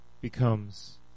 becomes